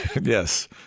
Yes